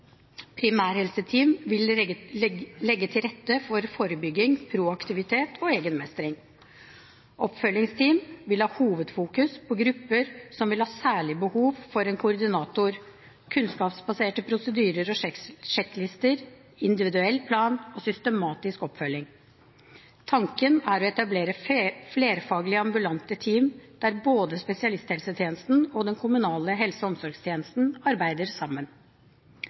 legge til rette for forebygging, proaktivitet og egenmestring. Oppfølgingsteam vil ha hovedfokus på grupper som vil ha særlig behov for en koordinator, kunnskapsbaserte prosedyrer og sjekklister, individuell plan og systematisk oppfølging. Tanken er å etablere flerfaglige ambulante team der både spesialisthelsetjenesten og den kommunale helse- og omsorgstjenesten arbeider sammen.